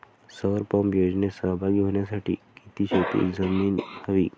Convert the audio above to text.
सौर पंप योजनेत सहभागी होण्यासाठी किती शेत जमीन हवी?